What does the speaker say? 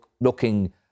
looking